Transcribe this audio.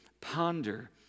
ponder